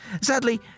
Sadly